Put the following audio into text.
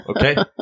Okay